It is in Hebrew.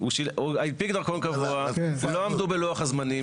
הוא הנפיק דרכון קבוע, לא עמדו בלוח הזמנים.